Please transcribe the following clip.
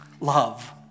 love